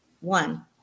one